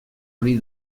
hori